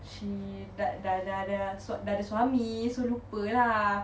she dah dah dah dah dah ada suami so lupa lah